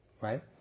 right